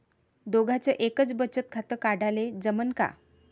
दोघाच एकच बचत खातं काढाले जमनं का?